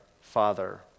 Father